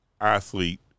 athlete